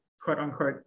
quote-unquote